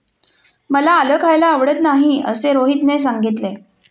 मला आलं खायला आवडत नाही असे रोहितने सांगितले